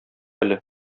әле